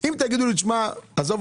אם תגיד עזוב,